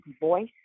voice